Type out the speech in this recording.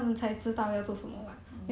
mm